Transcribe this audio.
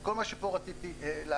כל מה שפה רציתי להציג,